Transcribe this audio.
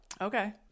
Okay